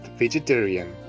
vegetarian